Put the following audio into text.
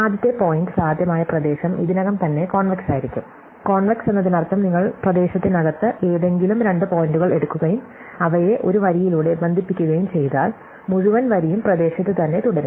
ആദ്യത്തെ പോയിന്റ് സാധ്യമായ പ്രദേശം ഇതിനകം തന്നെ കോൺവെക്സായിരിക്കും കോൺവെക്സ് എന്നതിനർത്ഥം നിങ്ങൾ പ്രദേശത്തിനകത്ത് ഏതെങ്കിലും രണ്ട് പോയിന്റുകൾ എടുക്കുകയും അവയെ ഒരു വരിയിലൂടെ ബന്ധിപ്പിക്കുകയും ചെയ്താൽ മുഴുവൻ വരിയും പ്രദേശത്ത് തന്നെ തുടരും